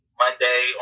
monday